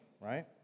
Right